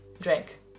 drink